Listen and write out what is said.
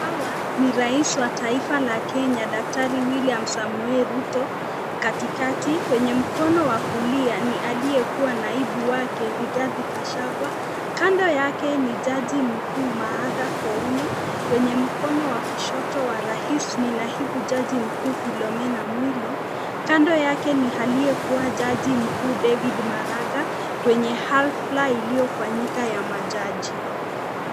Hawa ni raisi wa taifa la Kenya daktari Wiliam Samoi Ruto katikati, kwenye mkono wa kulia ni aliye kuwa naibu wake Rigathi Gachagua kando yake ni jaji mkuu Martha Koome, kwenye mkono wa kushoto wa raisi ni naibu jaji mkuu Philomena Mwilu kando yake ni aliyekuwa jaji mkuu David Maraga kwenye hafla iliyofanyika ya majaji.